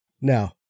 Now